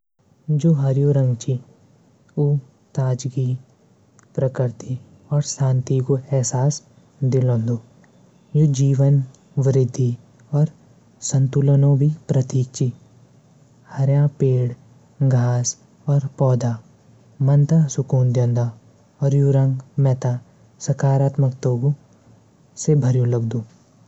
हल्कू नीला रंग से म्यारू दिमाग मा खयाल आंदू की शांति और सुकून बनाए रखदू। मानसिक शांति भी प्यार प्रेम भी। दोस्ती और संबधों याद भी दिलांदू।